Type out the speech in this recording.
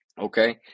Okay